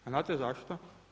A znate zašto?